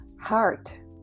heart